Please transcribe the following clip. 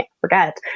forget